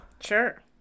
Sure